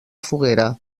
foguera